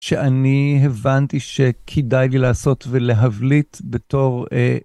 שאני הבנתי שכדאי לי לעשות ולהבליט בתור